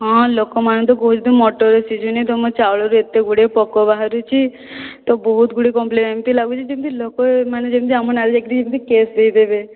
ହଁ ଲୋକମାନେ ତ କହୁଛନ୍ତି ମଟର ଶିଝୁନି ତମ ଚାଉଳରେ ଏତେ ଗୁଡ଼େ ପୋକ ବାହାରୁଛି ତ ବହୁତ ଗୁଡ଼େ କମପ୍ଳେନ ଏମିତି ଲାଗୁଛି ଯେମିତି ଲୋକମାନେ ଯେମିତି ଆମ ନାଁରେ ଯାଇକିରି କେସ ଦେଇ ଦେବେ